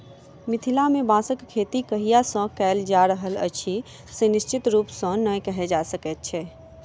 मिथिला मे बाँसक खेती कहिया सॅ कयल जा रहल अछि से निश्चित रूपसॅ नै कहि सकैत छी